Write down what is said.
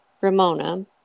Ramona